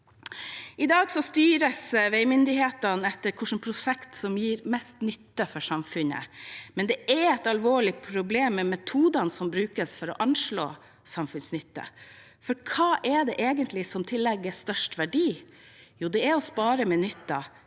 I dag styres veimyndighetene etter hvilket prosjekt som gir mest nytte for samfunnet, men det er et alvorlig problem med metodene som brukes for å anslå samfunnsnytte. For hva er det egentlig som tillegges størst verdi? Jo, det er å spare minutter,